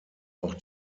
auch